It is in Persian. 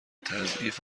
تعضیف